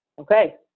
Okay